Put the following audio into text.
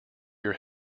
your